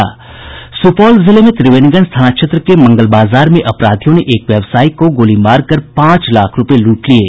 सूपौल जिले में त्रिवेणीगंज थाना क्षेत्र के मंगल बाजार में अपराधियों ने एक व्यवसायी को गोली मारकर पांच लाख रुपये लूट लिये